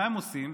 מה הם עושים?